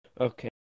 Okay